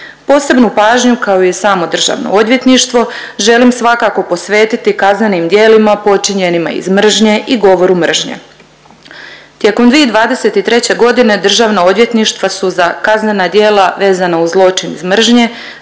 Posebnu pažnju, kao i samo državno odvjetništvo želim svakako posvetiti kaznenim djelima počinjenima iz mržnje i govoru mržnje. Tijekom 2023.g. državna odvjetništva su za kaznena djela vezana uz zločin iz mržnje